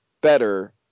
better